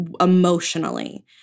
emotionally